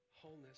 Wholeness